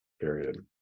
Period